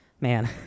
Man